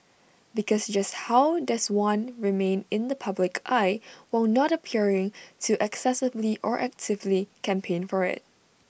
because just how does one remain in the public eye while not appearing to excessively or actively campaign for IT